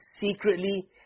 secretly